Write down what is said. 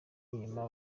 nyuma